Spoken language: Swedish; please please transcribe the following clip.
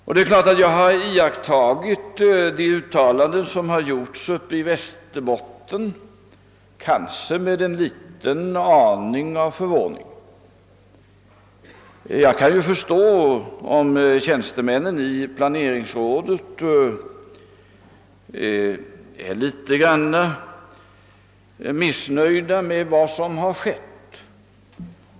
Jag har självfallet tagit del av de uttalanden som gjorts uppe i Västerbotten — kanske med en liten aning av förvåning. Jag kan förstå om tjänstemännen i planeringsrådet är något missnöjda med vad som har skett.